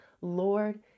Lord